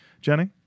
Jenny